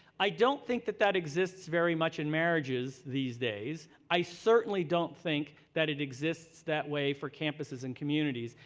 i don't think that that exists very much in marriages these days i certainly don't think that it exists that way for campuses and communities,